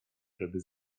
żeby